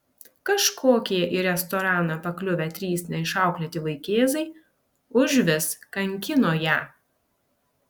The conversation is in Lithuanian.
kažkokie į restoraną pakliuvę trys neišauklėti vaikėzai užvis kankino ją